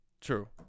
true